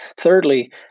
Thirdly